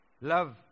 love